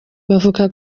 bavuze